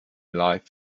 life